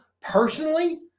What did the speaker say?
personally